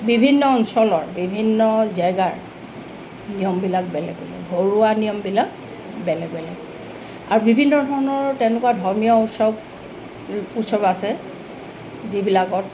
বিভিন্ন অঞ্চলৰ বিভিন্ন জেগাৰ নিয়মবিলাক বেলেগ বেলেগ ঘৰুৱা নিয়মবিলাক বেলেগ বেলেগ আৰু বিভিন্ন ধৰণৰ তেনেকুৱা ধৰ্মীয় উৎসৱ উৎসৱ আছে যিবিলাকত